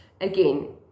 Again